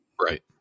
Right